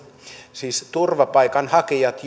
siis turvapaikanhakijat